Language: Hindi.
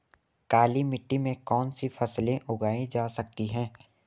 काली मिट्टी में कौनसी फसलें उगाई जा सकती हैं?